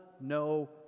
no